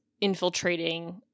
infiltrating